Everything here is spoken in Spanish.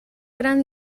gran